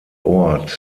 ort